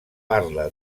parla